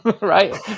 right